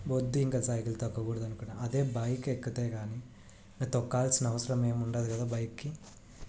వద్దు ఇంక సైకిల్ తొక్కకూడదనుకున్న అదే బైక్ ఎక్కితే కానీ ఇంక తొక్కాలిసినా అవసరమేం ఉండదు కదా బైక్కి